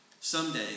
Someday